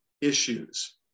issues